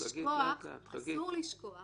אסור לשכוח